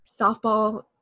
softball